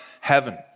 heaven